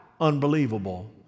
unbelievable